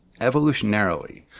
evolutionarily